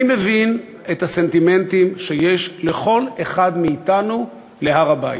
אני מבין את הסנטימנטים שיש לכל אחד מאתנו להר-הבית.